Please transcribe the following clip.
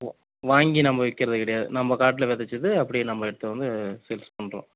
ஓ வாங்கி நம்ப விற்கிறது கிடையாது நம்ப காட்டில் விதச்சது அப்படியே நம்ப எடுத்துகிட்டு வந்து சேல்ஸ் பண்ணுறோம்